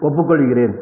ஒப்புக்கொள்கிறேன்